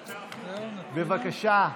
בבקשה,